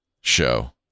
show